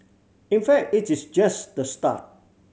in fact it is just the start